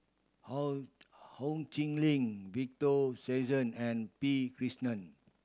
Ho Ho Chee Lick Victor Sassoon and P Krishnan